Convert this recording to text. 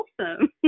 awesome